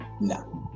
no